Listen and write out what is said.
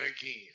again